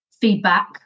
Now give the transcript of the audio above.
feedback